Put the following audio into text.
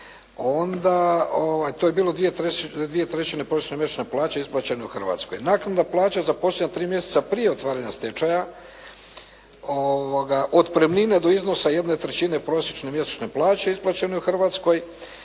to je bilo dvije trećine prosječne mjesečne plaće isplaćene u Hrvatskoj. Naknada plaće za posljednja 3 mjeseca prije otvaranja stečaja, otpremninu do iznosa jedne trećine prosječne mjesečne plaće isplaćene u Hrvatskoj,